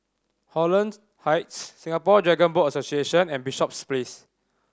Holland Heights Singapore Dragon Boat Association and Bishops Place